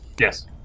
Yes